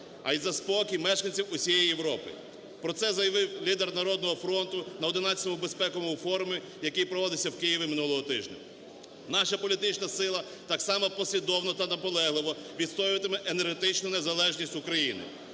а і за спокій мешканців усієї Європи. Про це заявив лідер "Народного фронту" на ХІ безпековому форумі, який проводився в Києві минулого тижня. Наша політична сила так само послідовно та наполегливо відстоюватиме енергетичну незалежність України.